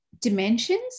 dimensions